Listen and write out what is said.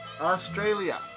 Australia